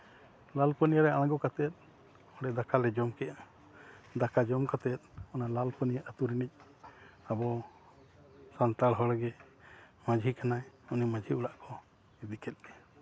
ᱞᱟᱞ ᱯᱟᱹᱱᱤᱭᱟ ᱨᱮ ᱟᱲᱜᱚ ᱠᱟᱛᱮ ᱚᱸᱰᱮ ᱫᱟᱠᱟ ᱞᱮ ᱡᱚᱢ ᱠᱮᱜᱼᱟ ᱫᱟᱠᱟ ᱡᱚᱢ ᱠᱟᱛᱮ ᱚᱱᱟ ᱞᱟᱞ ᱯᱟᱹᱱᱤᱭᱟᱹ ᱟᱛᱳ ᱨᱮᱱᱤᱡ ᱟᱵᱚ ᱥᱟᱱᱛᱟᱲ ᱦᱚᱲ ᱜᱮ ᱢᱟᱹᱡᱷᱤ ᱠᱟᱱᱟᱭ ᱩᱱᱤ ᱢᱟᱹᱡᱷᱤ ᱚᱲᱟᱜ ᱠᱚ ᱤᱫᱤ ᱠᱮᱫ ᱞᱮᱭᱟ